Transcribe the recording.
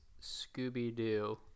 Scooby-Doo